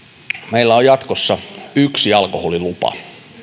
meillä on jatkossa yksi alkoholilupa